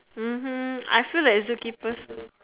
mmhmm I feel that zookeepers